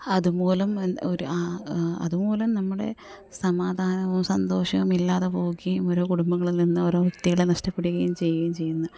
അതുമൂലം ഒരു അതുമൂലം നമ്മുടെ സമാധാനവും സന്തോഷവും ഇല്ലാതെ പോകുകയും ഓരോ കുടുംബങ്ങളിൽ നിന്ന് ഓരോ വ്യക്തികളെ നഷ്ടപ്പെടുകയും ചെയ്യുകയും ചെയ്യുന്നു